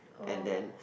and then